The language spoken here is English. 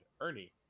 Ernie